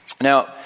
Now